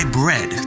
bread